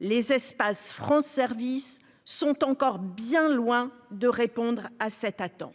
les espaces France services sont encore bien loin de répondre à cette attente,